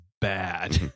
bad